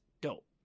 dope